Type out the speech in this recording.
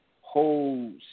whole